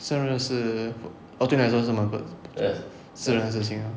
生日是 oh 对你来说是蛮 priv~ 生日事情 ah